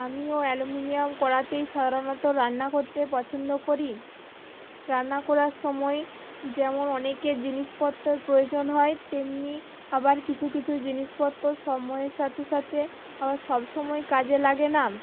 আমিও অ্যালুমিনিয়াম কড়াতেই সাধারণত রান্না করতে পছন্দ করি রান্না করার সময় যেমন অনেকে জিনিসপত্র প্রয়োজন হয় তেমনি আবার কিছু কিছু জিনিসপত্র সময়ের সাথে সাথে আবার সব সময় কাজে লাগে না